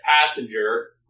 passenger